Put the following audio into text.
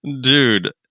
dude